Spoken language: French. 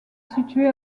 situé